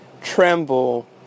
tremble